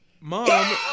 mom